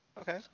okay